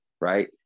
right